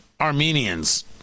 Armenians